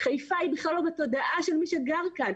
חיפה בכלל לא בתודעה של מי שגר כאן.